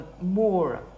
more